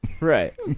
Right